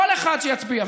כל אחד שיצביע,